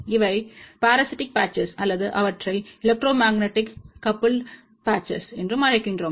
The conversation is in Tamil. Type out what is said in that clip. இவை பாரஸிட்டிக் பேட்ச்கள் அல்லது அவற்றை எலக்ட்ரோ மேக்னெட்டிக் கபுல்ட் பேட்ச்கள் என்றும் அழைக்கிறோம்